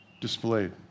displayed